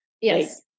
yes